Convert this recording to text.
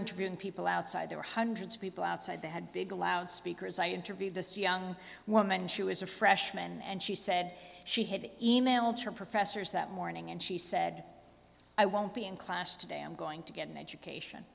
interviewing people outside there were hundreds of people outside they had big loud speakers i interviewed this young woman she was a freshman and she said she had e mailed her professors that morning and she said i won't be in class today i'm going to get an education